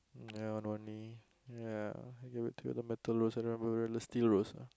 ya one only ya I gave it to you the metal rose and I borrow the steel rose ah